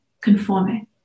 conforming